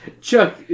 Chuck